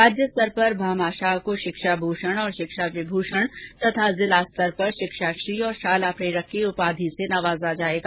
राज्य स्तर पर भामाशाह को शिक्षा भूषण और शिक्षा विभूषण तथा जिला स्तर पर शिक्षाश्री और शाला प्रेरक की उपाधि से नवाजा जाएगा